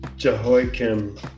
Jehoiakim